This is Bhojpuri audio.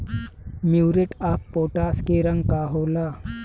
म्यूरेट ऑफ पोटाश के रंग का होला?